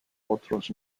otros